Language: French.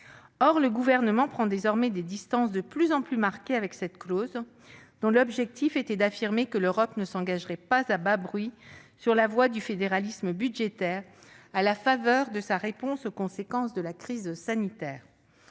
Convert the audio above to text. Or le Gouvernement prend désormais des distances de plus en plus marquées avec cette clause, dont l'objectif était d'affirmer que l'Europe ne s'engagerait pas à bas bruit sur la voie du fédéralisme budgétaire à la faveur de sa réponse aux conséquences de la crise sanitaire.